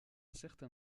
certain